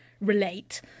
relate